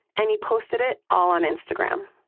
and he posted it all on instagram.